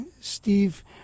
Steve